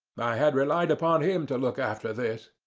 i had relied upon him to look after this.